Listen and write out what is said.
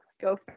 go